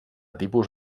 tipus